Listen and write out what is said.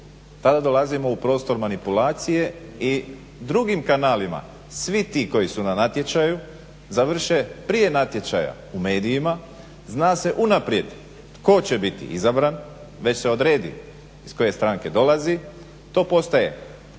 tada dolazimo u prostor manipulacije i drugim kanalima svi ti koji su na natječaju završe prije natječaja u medijima, zna se unaprijed tko će biti izabran, već se odredi iz koje stranke dolazi. To postaje